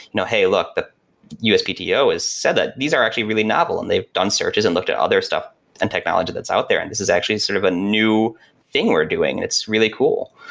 you know hey, look. the uspto said that these are actually really novel, and they've done searches and looked at other stuff and technology that's out there. and this is actually a sort of ah new thing we're doing. it's really cool.